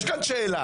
יש כאן שאלה,